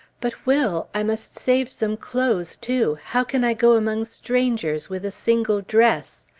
but will i must save some clothes, too! how can i go among strangers with a single dress?